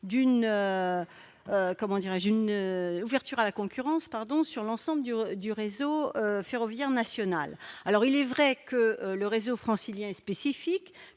d'une ouverture à la concurrence pour l'ensemble du réseau ferroviaire national. Il est vrai que le réseau francilien est spécifique,